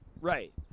Right